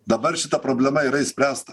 dabar šita problema yra išspręsta